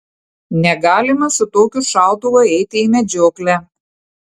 negalima su tokiu šautuvu eiti į medžioklę